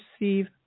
receive